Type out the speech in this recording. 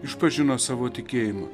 išpažino savo tikėjimą